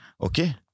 okay